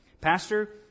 pastor